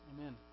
Amen